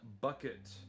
Bucket